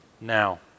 now